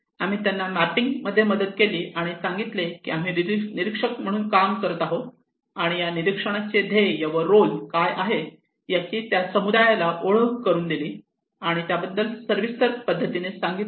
आम्ही त्यांना मॅपिंग मध्ये मदत केली आणि सांगितले की आम्ही निरीक्षक म्हणून देखील काम करत आहोत आणि या निरीक्षणाचे ध्येय व रोल काय आहे याची त्या समुदायाला ओळख करून दिली आणि त्याबद्दल सविस्तर सांगितले